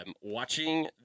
watching